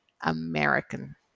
American